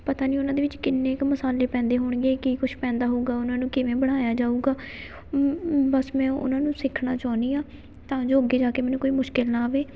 ਪਤਾ ਨਹੀਂ ਉਹਨਾਂ ਦੇ ਵਿੱਚ ਕਿੰਨੇ ਕੁ ਮਸਾਲੇ ਪੈਂਦੇ ਹੋਣਗੇ ਕੀ ਕੁਛ ਪੈਂਦਾ ਹੋਊਗਾ ਉਹਨਾਂ ਨੂੰ ਕਿਵੇਂ ਬਣਾਇਆ ਜਾਊਗਾ ਬਸ ਮੈਂ ਉਹਨਾਂ ਨੂੰ ਸਿੱਖਣਾ ਚਾਹੁੰਦੀ ਹਾਂ ਤਾਂ ਜੋ ਅੱਗੇ ਜਾ ਕੇ ਮੈਨੂੰ ਕੋਈ ਮੁਸ਼ਕਲ ਨਾ ਆਵੇ